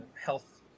health